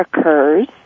occurs